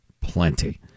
plenty